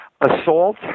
Assault